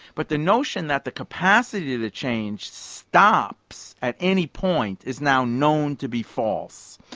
but the notion that the capacity to change stops at any point is now known to be false.